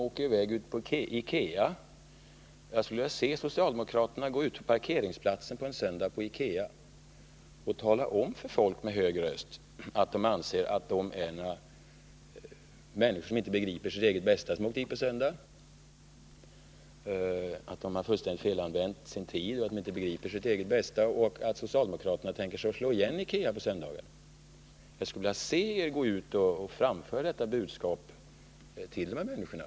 Jag skulle vilja se socialdemokraterna en söndag på parkeringsplatsen ute vid Ikea med hög röst tala om för folk att de inte begriper sitt eget bästa, eftersom de åker till Ikea på en söndag och att de använder sin fritid på ett fullständigt felaktigt sätt. Jag skulle vilja se de socialdemokrater som kan tänka sig att slå igen Ikea på söndagarna framföra detta budskap till människorna.